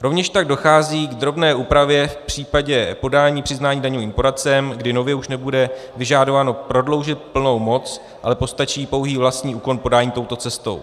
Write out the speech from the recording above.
Rovněž tak dochází k drobné úpravě v případě podání daňovým poradcem, kdy nově už nebude vyžadováno prodloužit plnou moc, ale postačí pouhý vlastní úkon podání touto cestou.